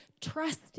trust